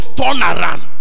turnaround